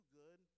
good